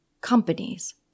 companies